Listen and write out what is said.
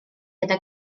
gyda